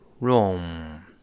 room